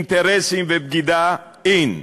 אינטרסים ובגידה, אין.